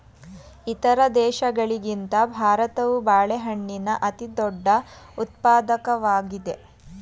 ಇತರ ದೇಶಗಳಿಗಿಂತ ಭಾರತವು ಬಾಳೆಹಣ್ಣಿನ ಅತಿದೊಡ್ಡ ಉತ್ಪಾದಕವಾಗಿದೆ